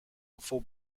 for